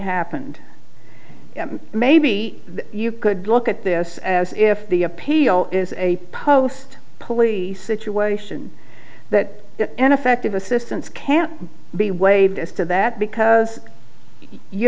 happened maybe you could look at this as if the appeal is a post police situation that an effective assistance can't be waived as to that because you